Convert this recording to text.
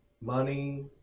money